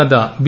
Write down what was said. Nadda B